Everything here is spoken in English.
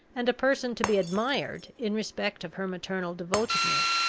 and a person to be admired in respect of her maternal devotedness,